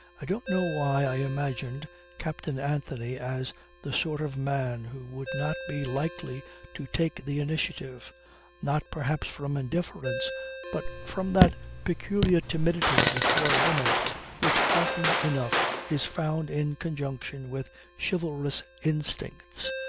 i don't know why i imagined captain anthony as the sort of man who would not be likely to take the initiative not perhaps from indifference but from that peculiar timidity before women which often enough is found in conjunction with chivalrous instincts,